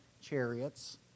chariots